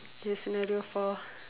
K scenario four